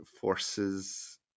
forces